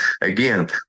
again